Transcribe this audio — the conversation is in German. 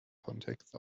songtext